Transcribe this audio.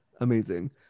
amazing